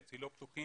חצי לא פתוחים,